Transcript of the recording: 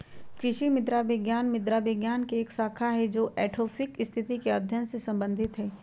कृषि मृदा विज्ञान मृदा विज्ञान के एक शाखा हई जो एडैफिक स्थिति के अध्ययन से संबंधित हई